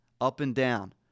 up-and-down